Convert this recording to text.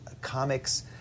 comics